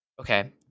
Okay